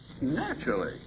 Naturally